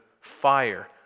fire